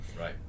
Right